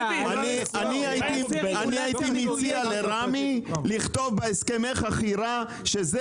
אני הייתי מציע לרמ"י לכתוב בהסכמי חכירה שזה